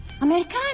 Americano